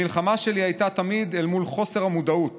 המלחמה שלי הייתה תמיד אל מול חוסר המודעות